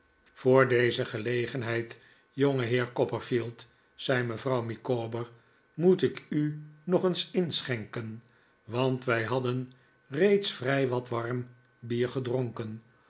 voor deze gelegenheid jongeheer copperfield zei mevrouw micawber moet ik u nog eens inschenken want wij hadden reeds vrij wat warm bier gedronken